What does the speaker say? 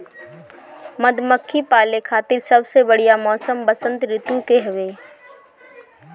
मधुमक्खी पाले खातिर सबसे बढ़िया मौसम वसंत ऋतू के हवे